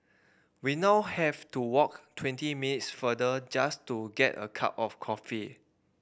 we now have to walk twenty minutes further just to get a cup of coffee